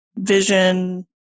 vision